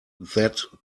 that